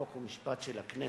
חוק ומשפט של הכנסת.